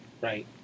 Right